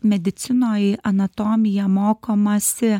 medicinoj anatomiją mokomasi